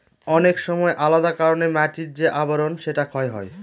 অনেক সময় আলাদা কারনে মাটির যে আবরন সেটা ক্ষয় হয়